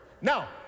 Now